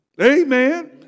Amen